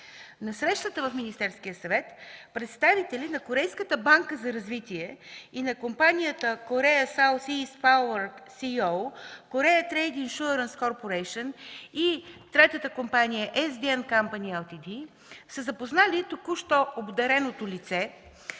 На срещата в Министерския съвет представители на Корейската банка за развитие и на компаниите Korea South-East Power Co., Korea Trade Insurance Corporation и SDN Company Ltd са запознали току-що обдареното лице